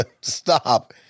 stop